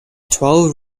twelve